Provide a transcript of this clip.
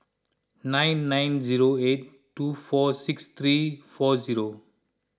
nine nine zero eight two four six three four zero